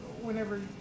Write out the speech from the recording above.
whenever